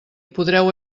podreu